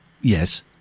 Yes